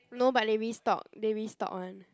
no but they restock they restock [one]